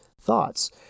thoughts